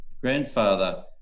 grandfather